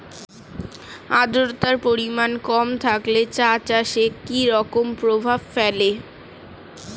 আদ্রতার পরিমাণ কম থাকলে চা চাষে কি রকম প্রভাব ফেলে?